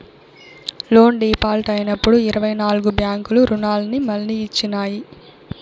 loan default అయినప్పుడు ఇరవై నాల్గు బ్యాంకులు రుణాన్ని మళ్లీ ఇచ్చినాయి